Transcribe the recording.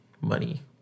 money